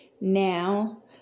Now